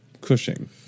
Cushing